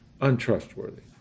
untrustworthy